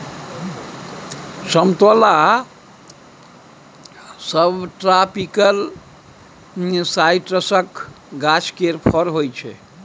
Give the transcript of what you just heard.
समतोला सबट्रापिकल साइट्रसक गाछ केर फर होइ छै